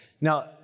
Now